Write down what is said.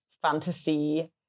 fantasy